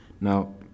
Now